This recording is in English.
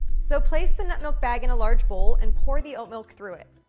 so place the nut milk bag in a large bowl and pour the oat milk through it.